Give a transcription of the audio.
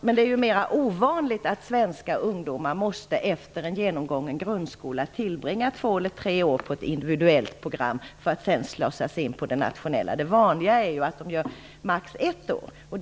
Men det är dock mer ovanligt att svenska ungdomar, efter en genomgången grundskola, måste tillbringa två eller tre år på ett individuellt program, för att sedan slussas in på det nationella programmet. Det vanliga är ju att de tillbringar högst ett år på ett individuellt program.